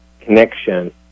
connection